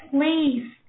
please